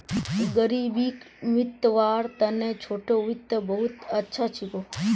ग़रीबीक मितव्वार तने छोटो वित्त बहुत अच्छा छिको